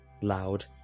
loud